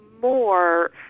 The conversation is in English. more